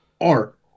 art